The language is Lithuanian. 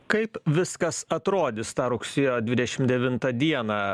kaip viskas atrodys tą rugsėjo dvidešim devintą dieną